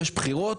יש בחירות,